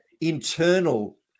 internal